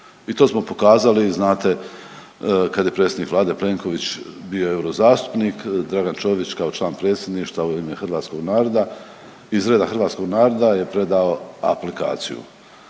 I to smo pokazali znate kad je predsjednik vlade Plenković bio eurozastupnik, Dragan Čović kao član predsjedništva u ime hrvatskog naroda, iz reda hrvatskog naroda je predao aplikaciju